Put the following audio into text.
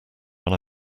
when